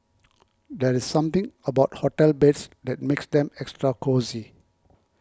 there's something about hotel beds that makes them extra cosy